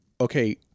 okay